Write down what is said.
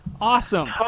Awesome